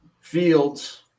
fields